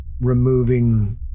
removing